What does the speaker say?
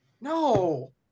No